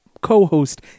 co-host